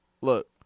look